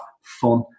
fun